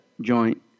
joint